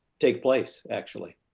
take place actually,